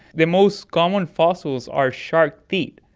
the most common fossils are shark teeth,